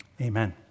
Amen